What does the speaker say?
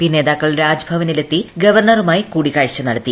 P നേര്യാക്കൾ രാജ്ഭവനിലെത്തി ഗവർണറുമായി കൂടിക്കാഴ്ച നടത്തി